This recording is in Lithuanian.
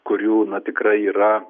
kurių na tikrai yra